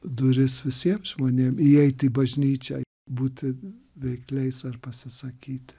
duris visiem žmonėm įeiti į bažnyčią būti veikliais ar pasisakyti